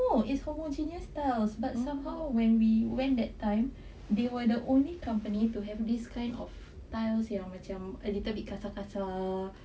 no it's homogeneous tiles but somehow when we went that time they were the only company to have this kind of tiles yang macam like a little bit kasar-kasar